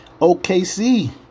OKC